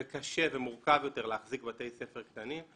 וקשה ומורכב יותר להחזיק בתי ספר קטנים.